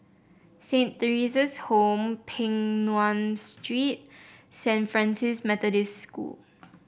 Saint Theresa's Home Peng Nguan Street Saint Francis Methodist School